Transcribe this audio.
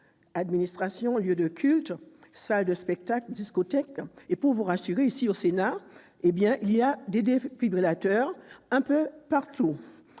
administrations, lieux de culte, salles de spectacles, discothèques. Pour vous rassurer, sachez qu'ici, au Sénat, il y a des défibrillateurs un peu partout.